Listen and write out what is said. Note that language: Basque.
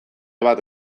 bat